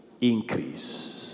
increase